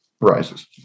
rises